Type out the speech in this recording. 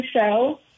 show